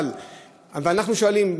אבל אנחנו שואלים,